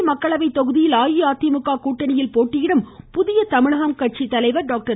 தென்காசி மக்களவை தொகுதியில் அஇஅதிமுக கூட்டணியில் போட்டியிடும் புதிய தமிழகம் கட்சி தலைவர் டாக்டர்